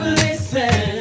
listen